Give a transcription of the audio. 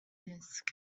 disc